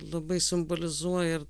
labai simbolizuoja ir